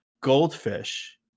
goldfish